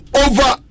over